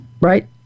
right